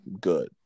Good